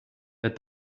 that